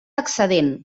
excedent